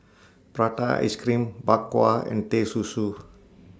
Prata Ice Cream Bak Kwa and Teh Susu